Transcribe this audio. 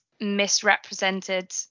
misrepresented